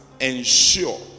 ensure